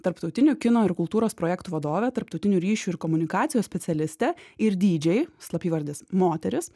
tarptautinių kino ir kultūros projektų vadovė tarptautinių ryšių ir komunikacijos specialistė ir didžėj slapyvardis moteris